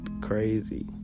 Crazy